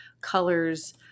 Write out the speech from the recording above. colors